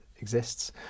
exists